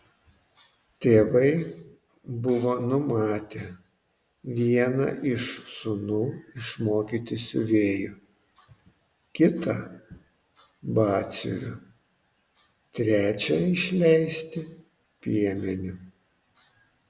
tėvai buvo numatę vieną iš sūnų išmokyti siuvėju kitą batsiuviu trečią išleisti piemeniu